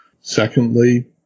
Secondly